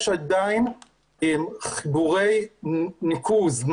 עדיין יש חיבורי ניקוז,